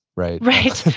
right? right.